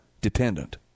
dependent